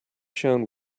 shone